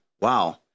Wow